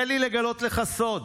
"תן לי לגלות לך סוד: